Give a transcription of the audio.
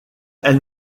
elle